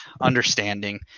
understanding